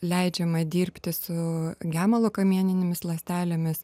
leidžiama dirbti su gemalo kamieninėmis ląstelėmis